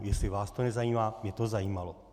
Jestli vás to nezajímá, tak mě to zajímalo.